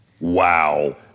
Wow